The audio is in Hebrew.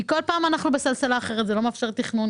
כל פעם אנחנו בסלסלה אחרת וזה לא מאפשר תכנון.